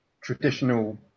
traditional